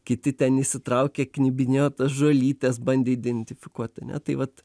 kiti ten įsitraukė knibinėjo tas žolytes bandė identifikuot ane tai vat